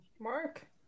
Mark